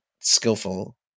skillful